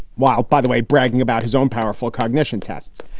wow. by the way, bragging about his own powerful cognition tests.